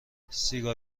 سیگار